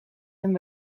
hem